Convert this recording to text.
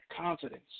confidence